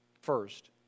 first